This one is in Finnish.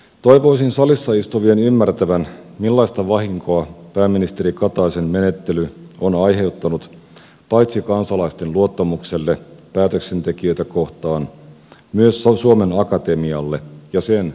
toivoisin salissa istuvien ymmärtävän millaista vahinkoa pääministeri kataisen menettely on aiheuttanut paitsi kansalaisten luottamukselle päätöksentekijöitä kohtaan myös suomen akatemialle ja sen julkisuuskuvalle